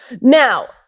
Now